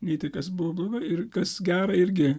nei tai kas buvo bloga ir kas gera irgi